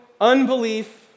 unbelief